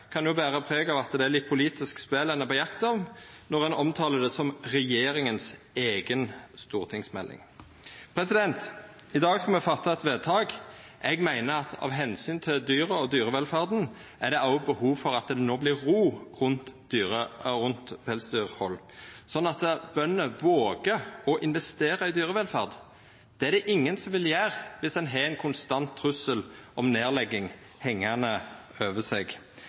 kan jo bera preg av at det er litt politisk spel ein ber om, når ein omtalar det som «regjeringens egen stortingsmelding». I dag skal me fatta eit vedtak, og eg meiner at det av omsyn til dyra og dyrevelferda er behov for at det vert ro rundt pelsdyrhald, slik at bøndene våger å investera i dyrevelferd. Det er det ingen som vil gjera dersom ein har ein konstant trussel om nedlegging hengande over seg.